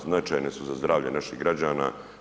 Značajne su za zdravlje naših građana.